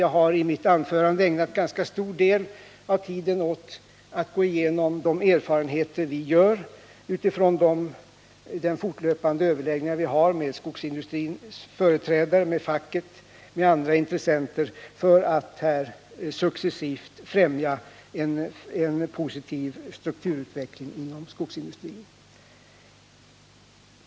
Jag har ägnat en ganska stor del av mitt huvudanförande åt att gå igenom de erfarenheter vi har av våra fortlöpande överläggningar med skogsindustrins företrädare, facket och andra intressenter, som syftar till att successivt främja en positiv strukturutveckling inom skogsindustrin.